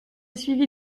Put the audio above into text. suivi